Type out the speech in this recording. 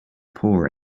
poor